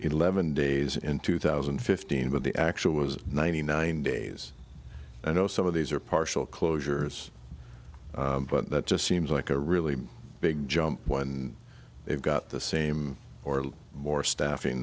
eleven days in two thousand and fifteen but the actual was ninety nine days you know some of these are partial closures but that just seems like a really big jump when they've got the same or more staffing